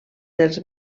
dels